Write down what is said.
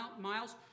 miles